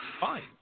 fine